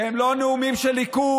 שהם לא נאומים של ליכוד.